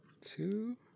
Two